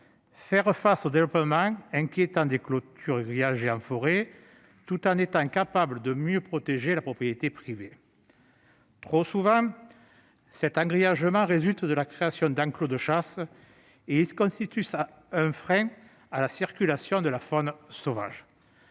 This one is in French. faire face au développement inquiétant des clôtures grillagées en forêt, tout en protégeant mieux la propriété privée. Trop souvent, cet engrillagement résulte de la création d'enclos de chasse, qui constituent un frein à la circulation de la faune sauvage.